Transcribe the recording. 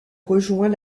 rejoint